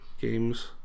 games